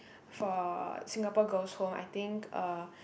for Singapore girls' home I think uh